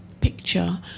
picture